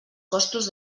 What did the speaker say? costos